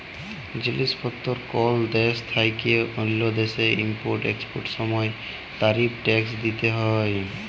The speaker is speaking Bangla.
জিলিস পত্তর কল দ্যাশ থ্যাইকে অল্য দ্যাশে ইম্পর্ট এক্সপর্টের সময় তারিফ ট্যাক্স দ্যিতে হ্যয়